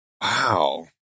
Wow